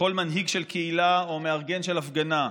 לכל מנהיג של קהילה או מארגן של הפגנה,